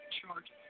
charge